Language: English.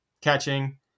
catching